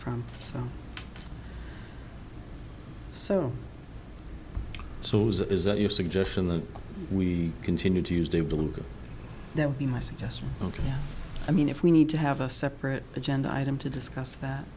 from so so so that is that your suggestion that we continue to use they believe that would be my suggestion ok i mean if we need to have a separate agenda item to discuss that